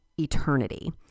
eternity